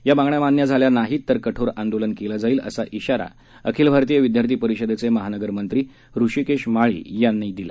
या मागण्या मान्य झाल्या नाहीत तर कठोर आंदोलन केलं जाईल असा श्राारा अखिल भारतीय विद्यार्थी परिषदेचे महानगर मंत्री ऋषिकेश माळी यांनी दिला